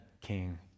king